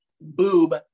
boob